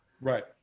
right